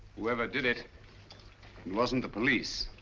whoever did it, it wasn't the police.